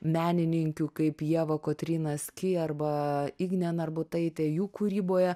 menininkių kaip ievą kotryną ski arba ignę narbutaitę jų kūryboje